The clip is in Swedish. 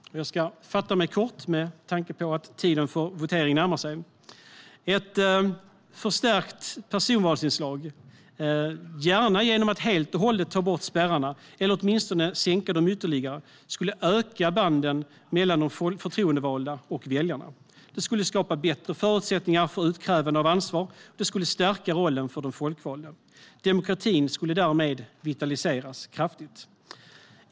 Jag ska fatta mig kort, med tanke på att tiden för votering närmar sig. Ett förstärkt personvalsinslag, gärna genom att man helt och hållet tar bort spärrarna eller åtminstone sänker dem ytterligare, skulle öka banden mellan de förtroendevalda och väljarna. Det skulle skapa bättre förutsättningar för utkrävande av ansvar. Det skulle stärka rollen för de folkvalda. Demokratin skulle därmed vitaliseras kraftigt.